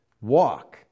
walk